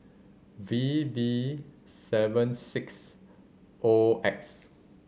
V B seven six O X